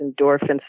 endorphins